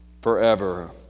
forever